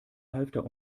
halfter